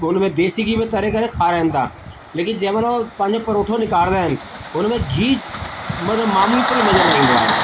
उन में देसी गिह में तरे करे खाराइनि था लेकिन थिनन जंहिं महिल पंहिंजो परोठो निकंरंदा आहिनि हुन में गिह मतलब मामूली सो बि नज़र न ईन्दो आहे